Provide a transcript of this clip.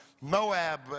Moab